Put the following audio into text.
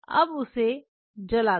अब उसे जला दें